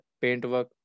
paintwork